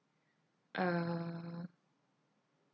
uh